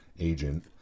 agent